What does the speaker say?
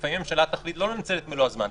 לפעמים הממשלה תחליט לא לנצל את מלוא הזמן,